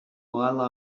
while